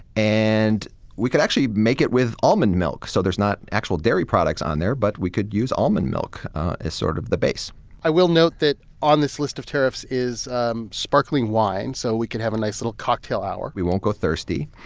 and we could actually make it with almond milk. so there's not actual dairy products on there, but we could use almond milk as sort of the base i will note that on this list of tariffs is um sparkling wine, so we can have a nice little cocktail hour we won't go thirsty.